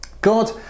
God